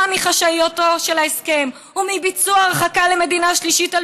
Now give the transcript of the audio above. מחשאיותו של ההסכם ומביצוע הרחקה למדינה שלישית על